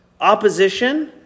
Opposition